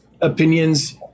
opinions